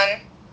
ya